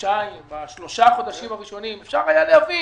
בשלושה חודשים הראשונים אפשר היה להבין,